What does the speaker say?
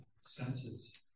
senses